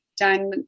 Done